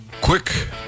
Quick